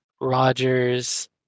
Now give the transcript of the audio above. Rogers